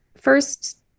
first